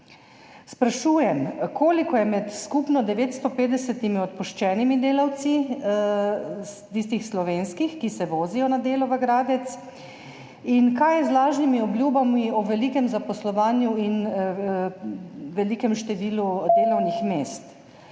Sprašujem: Koliko je med skupno 950 odpuščenimi delavci Magne Steyr tistih slovenskih, ki se vozijo na delo v Gradec? Kaj je z lažnimi obljubami o velikem zaposlovanju in velikem številu delovnih mest?